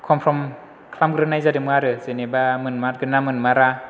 खनप्रम खालामग्रोनाय जादोंमोन आरो जेनोबा मोनमारगोन ना मोनमारा